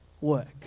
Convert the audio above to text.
work